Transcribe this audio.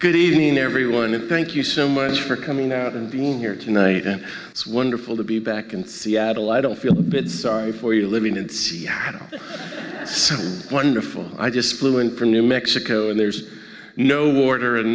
good evening everyone and thank you so much for coming out and being here tonight and it's wonderful to be back in seattle i don't feel sorry for you living it's so wonderful i just flew in from new mexico and there's no border and